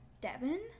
Devin